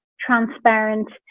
transparent